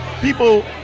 People